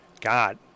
God